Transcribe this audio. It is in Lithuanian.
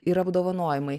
ir apdovanojimai